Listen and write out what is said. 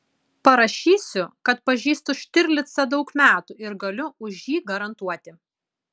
parašysiu kad pažįstu štirlicą daug metų ir galiu už jį garantuoti